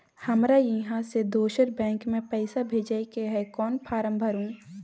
हमरा इहाँ से दोसर बैंक में पैसा भेजय के है, कोन फारम भरू?